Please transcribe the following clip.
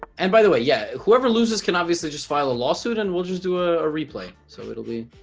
and by the way yeah whoever loses can obviously just file a lawsuit and we'll just do ah a replay so it'll be